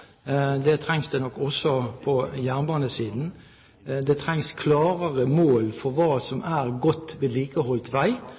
Det trengs det nok også på jernbanesiden. Det trengs klarere mål for hva